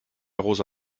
rosa